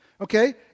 okay